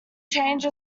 charge